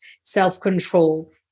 self-control